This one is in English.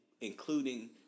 including